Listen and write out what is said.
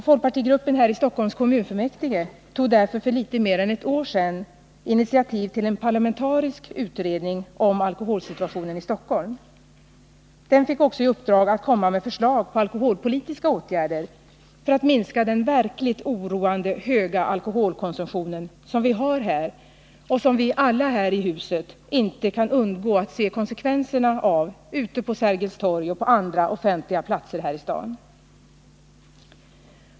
Folkpartigruppen i Stockholms kommunfullmäktige tog därför för litet mer än ett år sedan initiativ till en parlamentarisk utredning om alkoholsituationen i Stockholm. Den fick också i uppdrag att lägga fram förslag till alkoholpolitiska åtgärder för att minska den verkligt oroande höga alkoholkonsumtion som vi har och som vi alla här i huset inte kan undgå att se konsekvenserna av ute på Sergels torg och på andra offentliga platser i staden.